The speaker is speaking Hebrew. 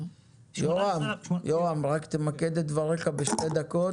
יורם, רק תמקד את דבריך בשתי דקות.